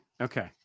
okay